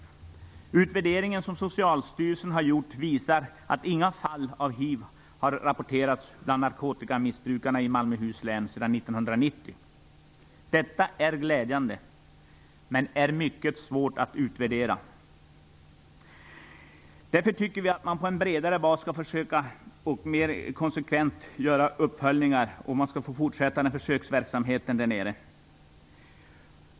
Den utvärdering som Socialstyrelsen har gjort visar att inga nya fall av hiv har rapporterats bland narkotikamissbrukare i Malmöhus län sedan 1990. Detta är glädjande, men resultatet är mycket svårt att utvärdera. Därför tycker vi att man på en bredare bas skall försöka att mera konsekvent göra uppföljningar och att man skall få fortsätta med denna försöksverksamhet.